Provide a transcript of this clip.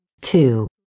Two